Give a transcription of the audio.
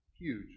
huge